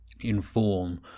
inform